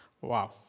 wow